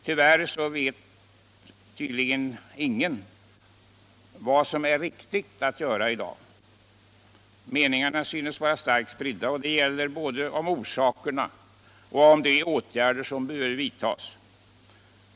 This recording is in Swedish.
Tyvärr vet tydligen ingen vad som nu är riktigt att göra. Meningarna synes vara starkt spridda, och detta gäller både om orsakerna och om de åtgärder som bör vidtagas.